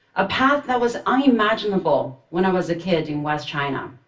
a path that was unimaginable when i was a kid in west china.